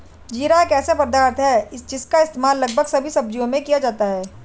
जीरा एक ऐसा पदार्थ है जिसका इस्तेमाल लगभग सभी सब्जियों में किया जाता है